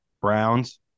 Browns